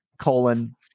colon